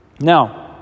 Now